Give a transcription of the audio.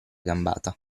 gambata